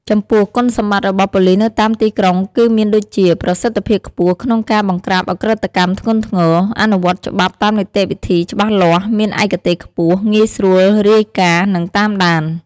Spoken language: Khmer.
ចំពោះ គុណសម្បត្តិរបស់ប៉ូលីសនៅតាមទីក្រុងគឺមានដូចជា ប្រសិទ្ធភាពខ្ពស់ក្នុងការបង្ក្រាបឧក្រិដ្ឋកម្មធ្ងន់ធ្ងរ អនុវត្តច្បាប់តាមនីតិវិធីច្បាស់លាស់ មានឯកទេសខ្ពស់ ងាយស្រួលរាយការណ៍ និងតាមដាន។